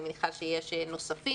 אני מניחה שיש נוספים.